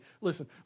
Listen